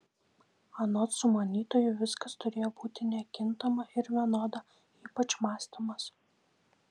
anot sumanytojų viskas turėjo būti nekintama ir vienoda ypač mąstymas